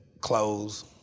clothes